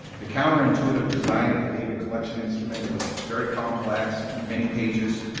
the counterintuitive design of the data collection instrument, it was very complex, many pages,